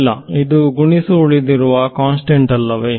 ಇಲ್ಲ ಇದು ಗುಣಿಸು ಉಳಿದಿರುವ ಕಾನ್ಸ್ಟೆಂಟ್ ಅಲ್ಲವೇ